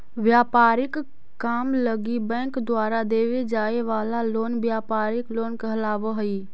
व्यापारिक काम लगी बैंक द्वारा देवे जाए वाला लोन व्यापारिक लोन कहलावऽ हइ